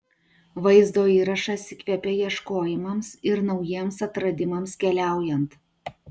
vaizdo įrašas įkvepia ieškojimams ir naujiems atradimams keliaujant